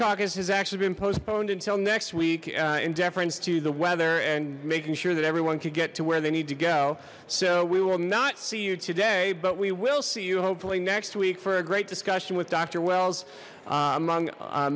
caucus has actually been postponed until next week in deference to the weather and making sure that everyone could get to where they need to go so we will not see you today but we will see you hopefully next week for a great discussion with doctor wells among